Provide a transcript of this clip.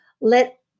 Let